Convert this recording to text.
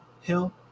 Hill